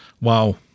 Wow